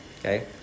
Okay